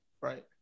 Right